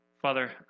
Father